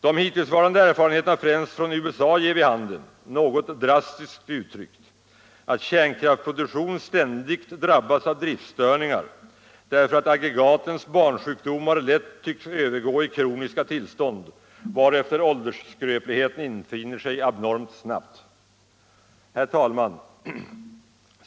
De hittillsvarande erfarenheterna främst från USA ger vid handen, något drastiskt uttryckt, att kärnkraftsproduktion ständigt drabbas av driftstörningar, därför att aggregatens barnsjukdomar lätt tycks övergå i kroniska tillstånd, varefter åldersskröpligheten infinner sig abnormt snabbt. Herr talman!